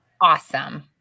awesome